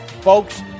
Folks